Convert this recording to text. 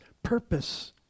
purpose